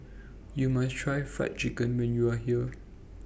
YOU must Try Fried Chicken when YOU Are here